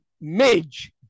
Midge